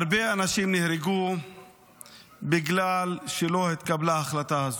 הרבה אנשים נהרגו בגלל שלא התקבלה ההחלטה הזו.